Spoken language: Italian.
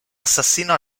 assassino